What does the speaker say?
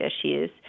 issues